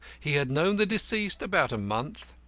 he had known the deceased about a month.